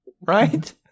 right